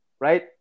right